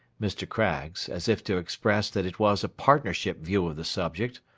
mr. craggs, as if to express that it was a partnership view of the subject,